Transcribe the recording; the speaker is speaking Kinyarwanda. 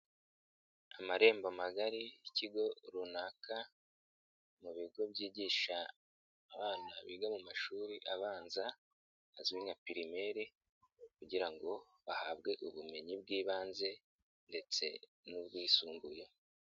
Amarembo magari y'ikigo runaka mu bigo byigisha abana biga mu mashuri abanza azwi nka pirimeri kugira ngo bahabwe ubumenyi bw'ibanze ndetse n'ubwisumbuye.